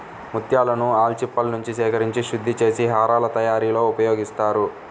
ముత్యాలను ఆల్చిప్పలనుంచి సేకరించి శుద్ధి చేసి హారాల తయారీలో ఉపయోగిస్తారు